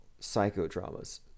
psychodramas